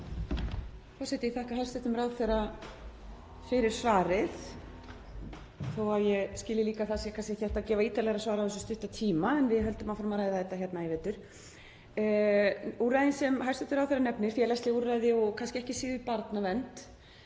Forseti. Ég þakka hæstv. ráðherra fyrir svarið þó að ég skilji líka að það sé kannski ekki hægt að gefa ítarlegra svar á þessum stutta tíma. En við höldum áfram að ræða þetta hér í vetur. Úrræðin sem hæstv. ráðherra nefnir, félagsleg úrræði og kannski ekki síður barnavernd,